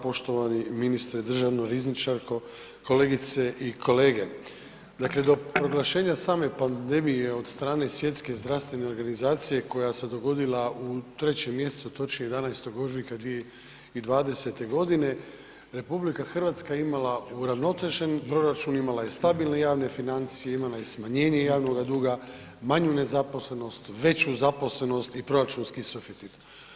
Poštovani ministre, državna rizničarko, kolegice i kolege, dakle do proglašenja same pandemije i od strane Svjetske zdravstvene organizacije koja se dogodila u 3. mjesecu, točnije 11. ožujka 2020. godine, RH je imala uravnotežen proračun, imala je stabilne javne financije, imala je smanjenje javnoga duga, manju nezaposlenost, veću zaposlenost i proračunski suficit.